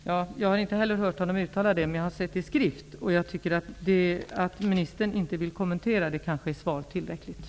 Herr talman! Inte heller jag har hört statssekreteraren uttala detta, men jag har sett det i skrift. Att ministern inte vill kommentera saken är kanske svar tillräckligt.